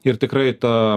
ir tikrai ta